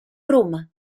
roma